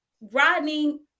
Rodney